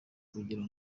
kugira